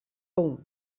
punk